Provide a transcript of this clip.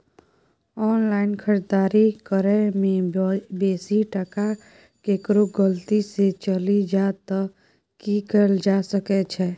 Online खरीददारी करै में बेसी टका केकरो गलती से चलि जा त की कैल जा सकै छै?